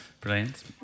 brilliant